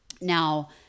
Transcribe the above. Now